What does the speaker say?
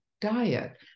diet